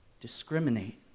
discriminate